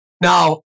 Now